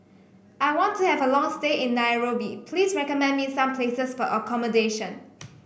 I want to have a long stay in Nairobi please recommend me some places for accommodation